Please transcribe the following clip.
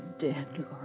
dead